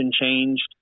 changed